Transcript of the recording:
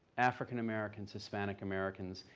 african americans, hispanic americans,